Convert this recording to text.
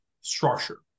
structure